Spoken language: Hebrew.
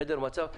חדר מצב,